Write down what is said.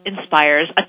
inspires